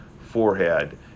forehead